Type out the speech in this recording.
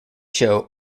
show